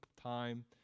time